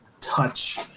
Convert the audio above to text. touch